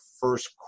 first